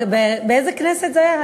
באיזו כנסת זה היה,